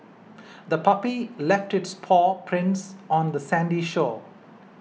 the puppy left its paw prints on the sandy shore